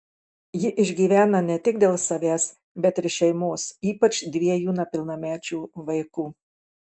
ji išgyvena ne tik dėl savęs bet ir šeimos ypač dviejų nepilnamečių vaikų